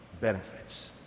benefits